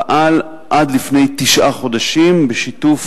והוא פעל עד לפני תשעה חודשים בשיתוף